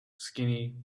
skinny